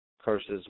curses